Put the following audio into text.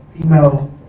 email